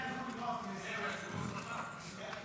--- יכולת